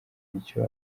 icyo